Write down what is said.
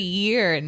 year